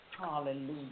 Hallelujah